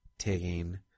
Taking